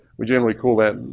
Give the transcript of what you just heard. we generally call that,